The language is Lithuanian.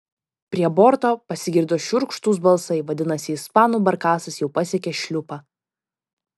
prie borto pasigirdo šiurkštūs balsai vadinasi ispanų barkasas jau pasiekė šliupą